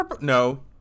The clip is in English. no